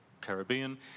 Caribbean